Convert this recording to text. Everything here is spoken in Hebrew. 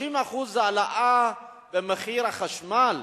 30% העלאה במחיר החשמל,